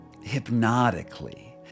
hypnotically